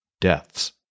deaths